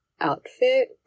outfit